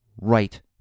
right